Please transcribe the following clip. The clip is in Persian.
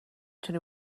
تونی